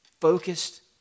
focused